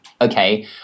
okay